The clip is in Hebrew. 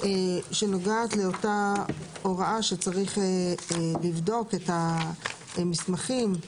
שנוגעת לאותה הוראה שצריך לבדוק את המסמכים.